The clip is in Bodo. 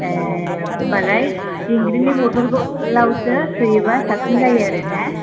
ए होमबालाय दिंग्रिनि बथलावसो सोयोबा साबसिन जायो आरोना